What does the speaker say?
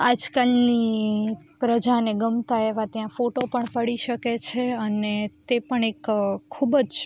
આજકાલની પ્રજાને ગમતા એવા ત્યાં ફોટો પણ પડી શકે છે અને તે પણ એક ખૂબ જ